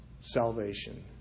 salvation